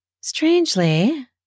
strangely